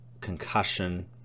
concussion